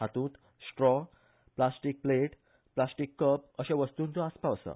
हातूंत straw plastic plate plastic cup अश्या वस्तूंचो आसपाव आसा